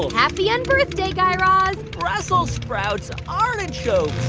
and happy unbirthday, guy raz brussels sprouts, artichokes